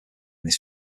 this